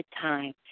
time